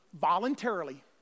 Voluntarily